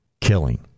killing